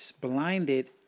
blinded